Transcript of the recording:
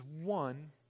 one